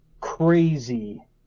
crazy